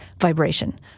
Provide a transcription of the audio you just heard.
vibration